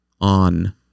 on